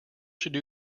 should